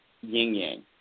yin-yang